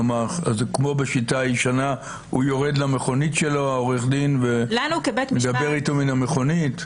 זה כמו בשיטה הישנה שהעורך דין יורד למכונית שלו ומדבר איתו מן המכונית?